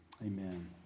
Amen